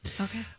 okay